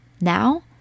Now